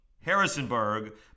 Harrisonburg